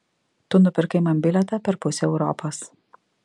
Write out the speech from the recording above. tu nupirkai man bilietą per pusę europos